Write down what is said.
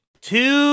Two